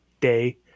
day